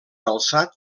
alçat